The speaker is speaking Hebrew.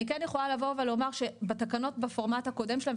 אני כן יכולה לומר שבתקנות בפורמט הקודם שלהן,